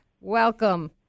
welcome